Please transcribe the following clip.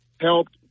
helped